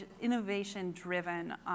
innovation-driven